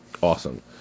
awesome